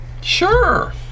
Sure